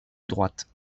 droite